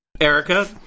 Erica